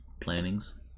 plannings